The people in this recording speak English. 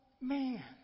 man